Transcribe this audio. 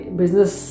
business